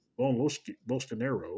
Bolsonaro